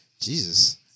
Jesus